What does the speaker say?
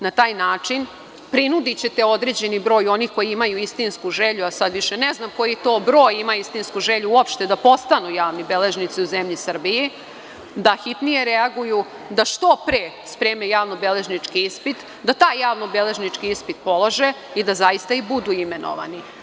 Na taj način prinudićete određeni broj onih koji imaju istinsku želju, a sada više ne znam koji to broj ima istinsku želju, uopšte da postanu javni beležnici u zemlji Srbiji, da hitnije reaguju, da što pre spreme javnobeležnički ispit, da taj javnobeležnički ispit polože i da zaista i budu imenovani.